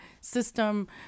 system